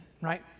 right